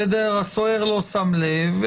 הסוהר לא שם לב,